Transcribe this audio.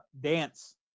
dance